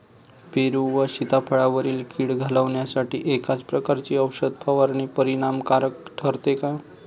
पेरू व सीताफळावरील कीड घालवण्यासाठी एकाच प्रकारची औषध फवारणी परिणामकारक ठरते का?